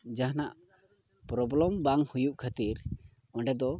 ᱡᱟᱦᱟᱱᱟᱜ ᱯᱨᱚᱵᱽᱞᱮᱢ ᱵᱟᱝ ᱦᱩᱭᱩᱜ ᱠᱷᱟᱹᱛᱤᱨ ᱚᱸᱰᱮ ᱫᱚ